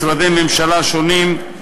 משרדי ממשלה שונים,